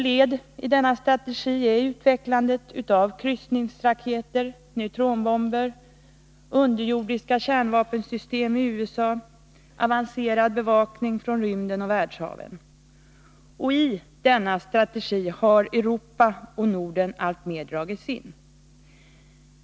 Led i denna strategi är utvecklandet av kryssningsraketer, neutronbomber, underjordis ka kärnvapenssystem i USA, avancerad bevakning från rymden och Nr 154 världshaven. I denna strategi har Europa och Norden alltmer dragits in.